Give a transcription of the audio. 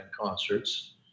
concerts